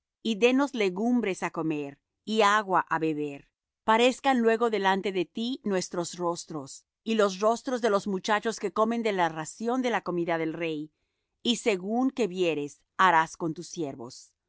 y dennos legumbres á comer y agua á beber parezcan luego delante de ti nuestros rostros y los rostros de los muchachos que comen de la ración de la comida del rey y según que vieres harás con tus siervos